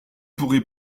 pourrai